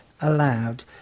allowed